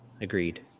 Agreed